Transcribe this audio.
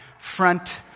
front